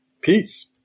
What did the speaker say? Peace